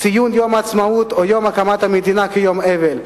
ציון יום העצמאות או יום הקמת המדינה כיום אבל,